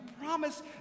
promise